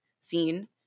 seen